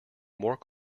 more